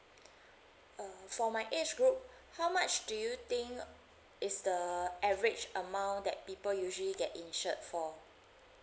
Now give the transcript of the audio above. uh for my age group how much do you think is the average amount that people usually get insured for